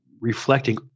reflecting